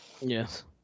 Yes